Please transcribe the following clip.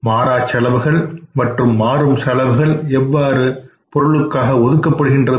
மாறா செலவுகள் மற்றும் மாறும் செலவுகள் எவ்வாறு ஒதுக்கப்படுகின்றது